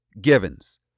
Givens